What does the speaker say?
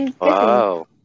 Wow